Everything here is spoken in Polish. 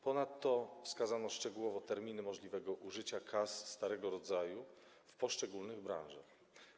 Ponadto wskazano szczegółowo terminy możliwego użycia kas starego rodzaju w poszczególnych branżach.